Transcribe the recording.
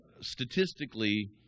statistically